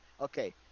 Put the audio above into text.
okay